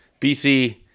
BC